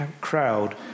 crowd